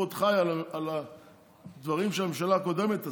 הוא עוד חי על הדברים שהממשלה הקודמת עשתה,